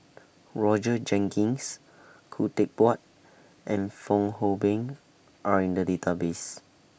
Roger Jenkins Khoo Teck Puat and Fong Hoe Beng Are in The Database